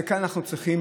וכאן אנחנו צריכים